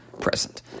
present